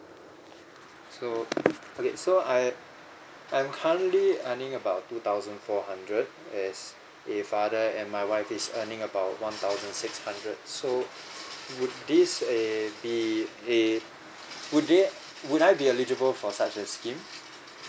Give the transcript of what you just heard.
so okay so I I'm currently earning about two thousand four hundred as a father and my wife is earning about one thousand six hundred so would this a be a would they would I be eligible for such a scheme